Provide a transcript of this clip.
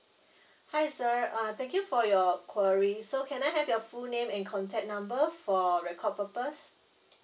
hi sir uh thank you for your query so can I have your full name and contact number for record purpose